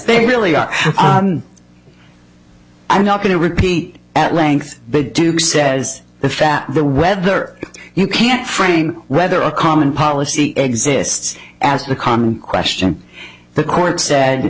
they really are i'm not going to repeat at length big duke says if that the weather you can't frame whether a common policy exists as the con question the court said